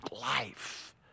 life